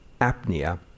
apnea